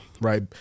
right